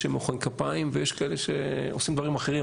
יש שמוחאים כפיים ויש כאלה שעושים דברים אחרים,